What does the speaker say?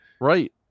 Right